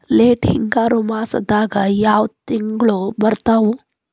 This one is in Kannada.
ಲೇಟ್ ಹಿಂಗಾರು ಮಾಸದಾಗ ಯಾವ್ ತಿಂಗ್ಳು ಬರ್ತಾವು?